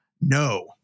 No